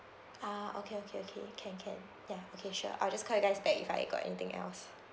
ah okay okay okay can can ya okay sure I'll just call you guys back if I got anything else